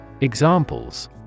Examples